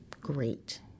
great